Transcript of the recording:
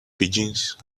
pigeons